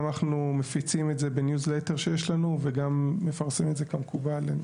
גם אנחנו מפיצים את זה בניוזלטר שיש לנו וגם מפרסמים את זה כמקובל.